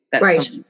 Right